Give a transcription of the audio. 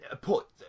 put